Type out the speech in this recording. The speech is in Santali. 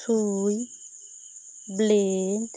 ᱥᱩᱭ ᱵᱞᱮᱰ